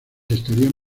estarían